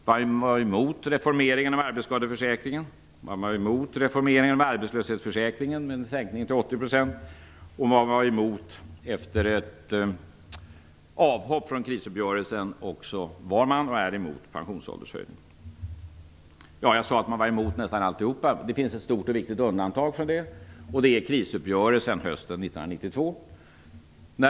Man var emot reformeringen av arbetsskadeförsäkringen och reformeringen av arbetslöshetsförsäkringen, som gick ut på en sänkning till - och är fortfarande - också emot pensionsåldershöjningen. Jag sade att man var emot nästan alltihopa. Men det finns ett stort och viktigt undantag, och det är krisuppgörelsen hösten 1992.